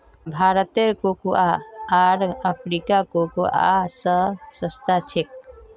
भारतेर कोकोआ आर अफ्रीकार कोकोआ स सस्ता छेक